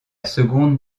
seconde